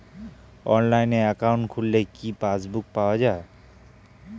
অনলাইনে একাউন্ট খুললে কি পাসবুক পাওয়া যায়?